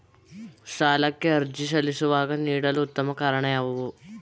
ಸಾಲಕ್ಕೆ ಅರ್ಜಿ ಸಲ್ಲಿಸುವಾಗ ನೀಡಲು ಉತ್ತಮ ಕಾರಣ ಯಾವುದು?